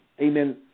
amen